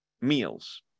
meals